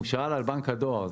הוא שאל על בנק הדואר.